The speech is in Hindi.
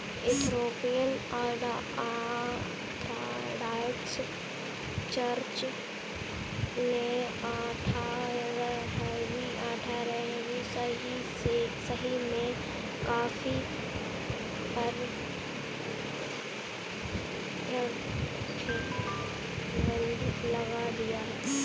इथोपियन ऑर्थोडॉक्स चर्च ने अठारहवीं सदी में कॉफ़ी पर प्रतिबन्ध लगा दिया